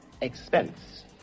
expense